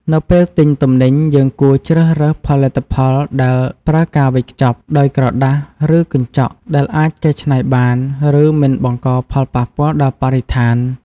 នៅពេលទិញទំនិញ យើងគួរជ្រើសរើសផលិតផលដែលប្រើការវេចខ្ចប់ដោយក្រដាស ឬកញ្ចក់ ដែលអាចកែច្នៃបាន ឬមិនបង្កផលប៉ះពាល់ដល់បរិស្ថាន។